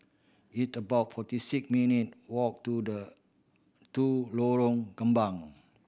it about forty six minute walk to the to Lorong Kembang